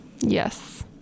Yes